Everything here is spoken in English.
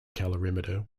calorimeter